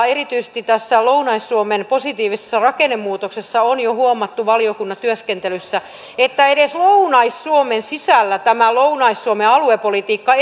erityisesti tässä lounais suomen positiivisessa rakennemuutoksessa on jo huomattu valiokunnan työskentelyssä että edes lounais suomen sisällä tämä lounais suomen aluepolitiikka